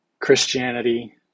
Christianity